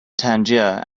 tangier